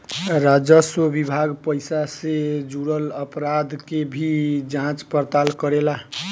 राजस्व विभाग पइसा से जुरल अपराध के भी जांच पड़ताल करेला